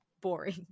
boring